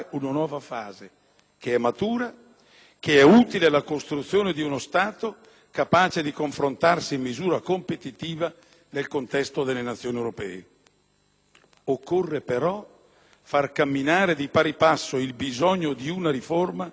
che è utile alla costruzione di uno Stato capace di confrontarsi in misura competitiva nel contesto delle nazioni Europee. Occorre però far camminare di pari passo il bisogno di una riforma con l'equilibrio delle distanze,